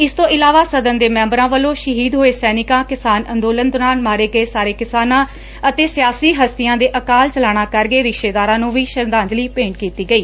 ਇਸ ਤੋਂ ਇਲਾਵਾ ਸਦਨ ਦੇ ਮੈਂਬਰਾਂ ਵੱਲੋਂ ਸ਼ਹੀਦ ਹੋਏਂ ਸੈਨਿਕਾਂ ਕਿਸਾਨ ਅੰਦੋਲਨ ਦੌਰਾਨ ਮਾਰੇ ਗਏ ਸਾਰੇ ਕਿਸਾਨਾਂ ਅਤੇ ਸਿਆਸੀ ਹਸਤੀਆਂ ਦੇ ਅਕਾਲ ਚਲਾਣਾ ਕਰ ਗਏ ਰਿਸ਼ਤੇਦਾਰਾਂ ਨੂੰ ਵੀ ਸ਼ਰਧਾਂਜਲੀ ਭੇਂਟ ਕੀਤੀ ਗਈ